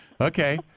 Okay